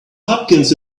hopkins